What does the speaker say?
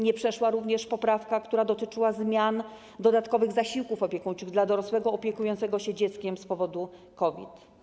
Nie przeszła również poprawka, która dotyczyła zmian w dodatkowych zasiłkach opiekuńczych dla dorosłego opiekującego się dzieckiem z powodu COVID.